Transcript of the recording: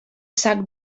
sac